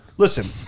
Listen